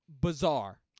bizarre